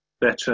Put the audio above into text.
better